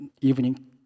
evening